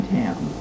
town